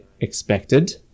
expected